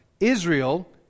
Israel